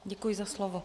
Děkuji za slovo.